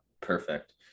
perfect